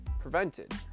prevented